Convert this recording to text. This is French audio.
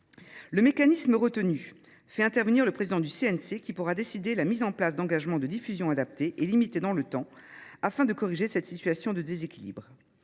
Le mécanisme retenu fait intervenir le président du CNC, qui pourra décider de la mise en place d’engagements de diffusion adaptés et limités dans le temps afin de corriger cette situation. Enfin